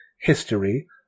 history